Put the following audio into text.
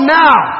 now